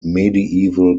medieval